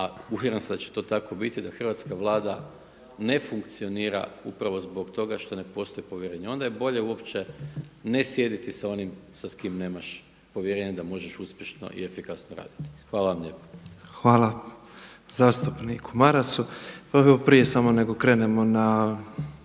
sam da će to tako biti da hrvatska Vlada ne funkcionira upravo zbog toga što ne postoji povjerenje. Onda je bolje uopće ne sjediti sa onim s kime nemaš povjerenje da možeš uspješno i efikasno raditi. Hvala vam lijepa. **Petrov, Božo (MOST)** Hvala zastupniku Marasu. Prije samo nego krenemo na